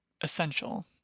essential